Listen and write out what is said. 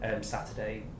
Saturday